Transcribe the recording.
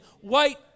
White